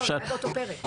לא, זה היה באותו פרק.